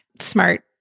smart